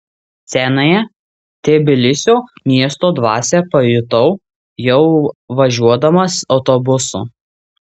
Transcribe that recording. senąją tbilisio miesto dvasią pajutau jau važiuodamas autobusu